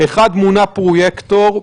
מונה פרויקטור,